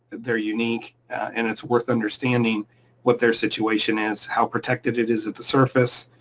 they're unique, and it's worth understanding what their situation is, how protected it is at the surface,